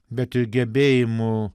bet ir gebėjimo